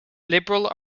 liberal